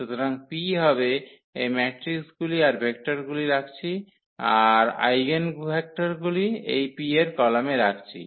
সুতরাং P হবে এই ম্যাট্রিকগুলি আর ভেক্টরগুলি রাখছি আর আইগেনভেক্টরগুলি এই P এর কলামে রাখছি